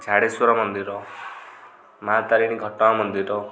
ଝାଡ଼େଶ୍ୱର ମନ୍ଦିର ମାଁ ତାରିଣୀ ଘଟଗାଁ ମନ୍ଦିର